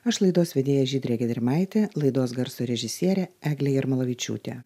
aš laidos vedėja žydrė gedrimaitė laidos garso režisierė eglė jarmalavičiūtė